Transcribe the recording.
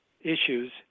issues